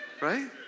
Right